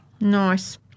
Nice